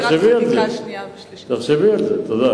תודה.